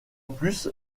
plus